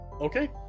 okay